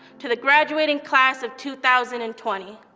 to the graduating class of two thousand and twenty,